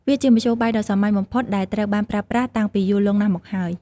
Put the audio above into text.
វាជាមធ្យោបាយដ៏សាមញ្ញបំផុតដែលត្រូវបានប្រើប្រាស់តាំងពីយូរលង់ណាស់មកហើយ។